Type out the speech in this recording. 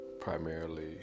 primarily